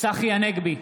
צחי הנגבי,